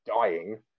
dying